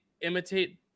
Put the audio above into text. imitate